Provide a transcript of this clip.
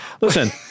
Listen